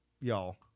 y'all